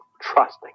trusting